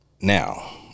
Now